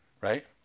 right